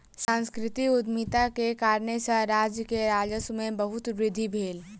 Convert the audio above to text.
सांस्कृतिक उद्यमिता के कारणेँ सॅ राज्य के राजस्व में बहुत वृद्धि भेल